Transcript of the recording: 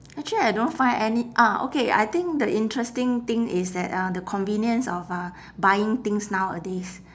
actually I don't find any ah okay I think the interesting thing is that uh the convenience of uh buying things nowadays